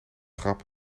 grap